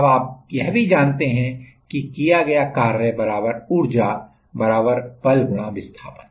अब आप यह भी जानते हैं कि किया गया कार्य ऊर्जा बल विस्थापन